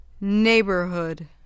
Neighborhood